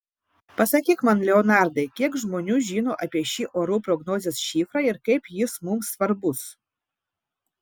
pasakyk man leonardai kiek žmonių žino apie šį orų prognozės šifrą ir kaip jis mums svarbus